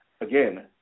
again